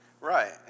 Right